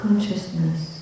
Consciousness